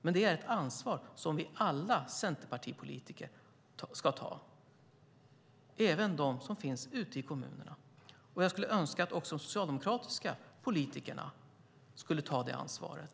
Men det är ett ansvar som vi alla centerpartipolitiker ska ta, även de som finns ute i kommunerna. Jag skulle önska att också de socialdemokratiska politikerna skulle ta det ansvaret.